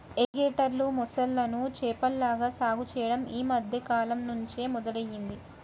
ఎలిగేటర్లు, మొసళ్ళను చేపల్లాగా సాగు చెయ్యడం యీ మద్దె కాలంనుంచే మొదలయ్యింది